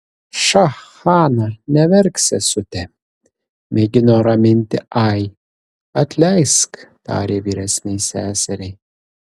ša hana neverk sesute mėgino raminti ai atleisk tarė vyresnei seseriai